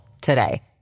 today